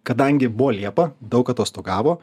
kadangi buvo liepa daug atostogavo